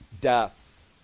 death